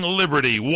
liberty